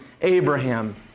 Abraham